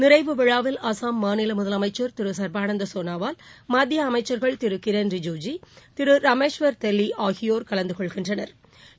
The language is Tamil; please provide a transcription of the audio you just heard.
நிறைவு விழாவில் அஸ்ஸாம் மாநில முதலமைச்ச் திரு ச்பானந்த சோனாவால் மத்திய அமைச்சா்கள் திரு கிரண் ரிஜிஜூ திரு ராமேஷ்வா் தெலி ஆகியோா் கலந்து கொள்கின்றனா்